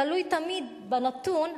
תלוי תמיד בנתון,